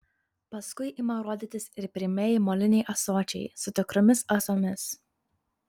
paskui ima rodytis ir pirmieji moliniai ąsočiai su tikromis ąsomis